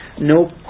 No